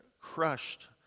crushed